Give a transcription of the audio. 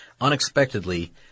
Unexpectedly